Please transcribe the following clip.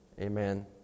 Amen